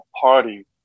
party